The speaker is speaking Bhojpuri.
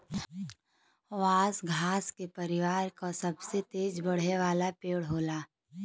बांस घास के परिवार क सबसे तेज बढ़े वाला पेड़ होला